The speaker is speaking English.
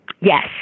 Yes